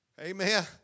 Amen